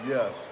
Yes